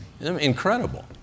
incredible